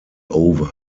over